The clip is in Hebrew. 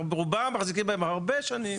רובם מחזיקים בהם הרבה שנים.